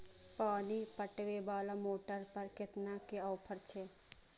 पानी पटवेवाला मोटर पर केतना के ऑफर छे?